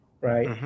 right